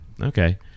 Okay